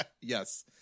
Yes